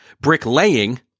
bricklaying